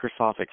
Microsoft